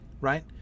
right